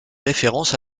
référence